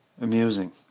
amusing